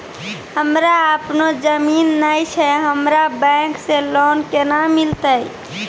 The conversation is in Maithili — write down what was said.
हमरा आपनौ जमीन नैय छै हमरा बैंक से लोन केना मिलतै?